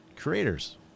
creators